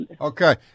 Okay